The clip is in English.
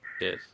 Yes